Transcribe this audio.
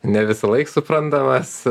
ne visąlaik suprantamas